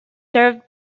served